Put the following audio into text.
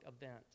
event